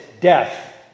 death